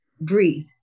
breathe